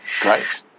Great